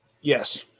Yes